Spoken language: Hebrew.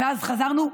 ואז חזרנו,